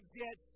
get